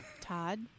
Todd